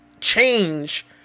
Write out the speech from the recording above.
change